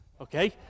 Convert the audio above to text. okay